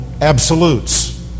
absolutes